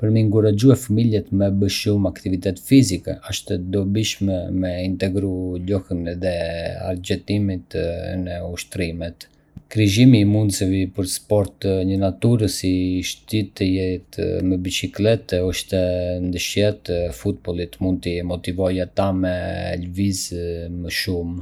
Për me inkurajue fëmijët me bë më shumë aktivitet fizik, asht e dobishme me integru lojën edhe argëtimin në ushtrimet. Krijimi i mundësive për sport në natyrë, si shëtitjet me biçikletë ose ndeshjet e futbollit, mund t’i motivojë ata me lëvizë më shumë.